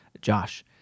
Josh